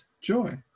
joy